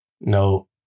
No